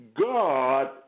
God